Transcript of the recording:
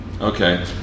Okay